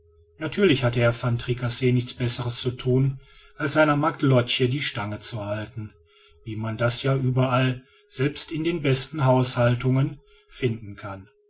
natürlich hatte herr van tricasse nichts besseres zu thun als seiner magd lotch die stange zu halten wie man das ja überall selbst in den besten haushaltungen finden kann